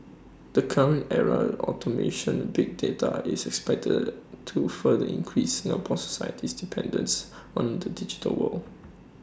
the current era automation big data is expected to further increase Singapore society's dependence on the digital world